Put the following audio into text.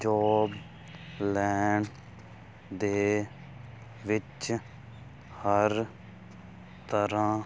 job ਲੈਣ ਦੇ ਵਿੱਚ ਹਰ ਤਰ੍ਹਾਂ